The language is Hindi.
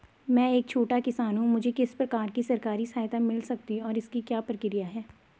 मैं एक छोटा किसान हूँ मुझे किस प्रकार की सरकारी सहायता मिल सकती है और इसकी क्या प्रक्रिया है?